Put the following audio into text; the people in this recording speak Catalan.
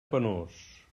penós